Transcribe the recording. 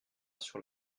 sur